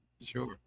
sure